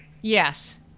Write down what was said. Yes